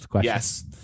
Yes